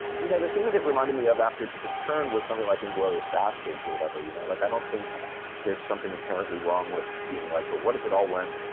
you know, the thing that it reminded me of after took its turn was something like inglorious bastards or whatever. you know, like i don't think there's something inherently wrong with being like. but what if it all went,